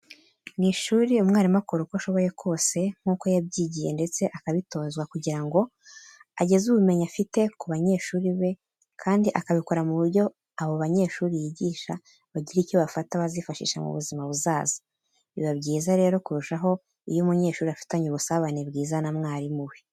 Mu ishuri umwarimu akora uko ashoboye kose nk'uko yabyigiye ndetse akabitozwa kugirango ageze ubumenyi afite ku banyeshuri be kandi akabikora mu buryo abo banyeshuri yigisha bagira ibyo bafata bazifashisha mu buzima buzaza. Biba byiza rero kurushaho iyo umunyeshuri afitanye ubusabane bwiza na mwarimu we.